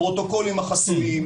הפרוטוקולים החסויים,